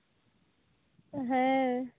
ᱦᱮᱸ